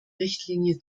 richtlinie